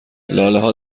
لالهها